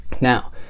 Now